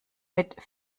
mit